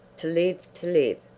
to live to live!